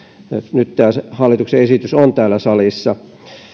nyt tämä hallituksen esitys on täällä salissa